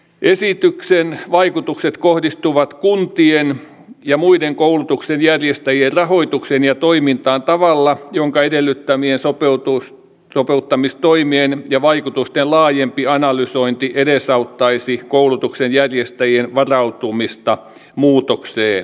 esityksen vaikutukset kohdistuvat kuntien ja muiden koulutuksen järjestäjien rahoitukseen ja toimintaan tavalla jonka edellyttämien sopeutustoimien ja vaikutusten laajempi analysointi edesauttaisi koulutuksen järjestäjien varautumista muutokseen